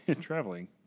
traveling